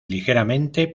ligeramente